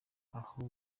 aho